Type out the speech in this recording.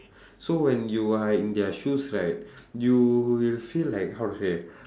so when you are in their shoes right you will feel like how to say